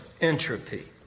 entropy